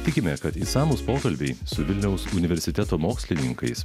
tikime kad išsamūs pokalbiai su vilniaus universiteto mokslininkais